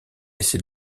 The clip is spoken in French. essaie